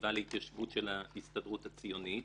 לחטיבה להתיישבות של ההסתדרות הציונית.